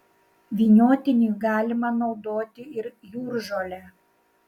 vyniotiniui galima naudoti ir jūržolę